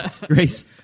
Grace